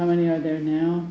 how many are there now